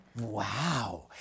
Wow